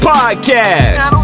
Podcast